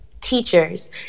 teachers